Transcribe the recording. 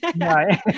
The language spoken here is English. Right